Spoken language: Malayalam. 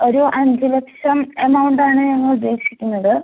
ഒരു അഞ്ച് ലക്ഷം എമൗണ്ടാണ് ഞങ്ങൾ ഉദ്ദേശിക്കുന്നത്